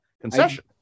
concession